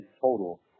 total